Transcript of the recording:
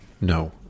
No